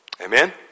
Amen